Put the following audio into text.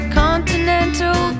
continental